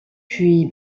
puis